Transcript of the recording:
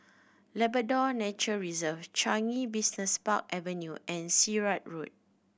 Labrador Nature Reserve Changi Business Park Avenue and Sirat Road